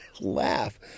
laugh